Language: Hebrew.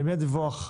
למי הדיווח?